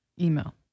email